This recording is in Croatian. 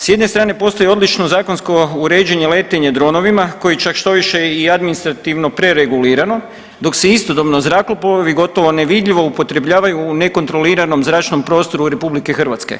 S jedne strane postoji odlično zakonsko uređenje letenje dronovima koje je čak štoviše i administrativno preregulirano dok se istodobno zrakoplovi gotovo nevidljivo upotrebljavaju u nekontroliranom zračnom prostoru RH.